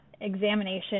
examination